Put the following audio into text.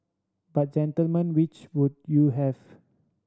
but gentlemen which would you have